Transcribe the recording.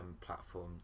platform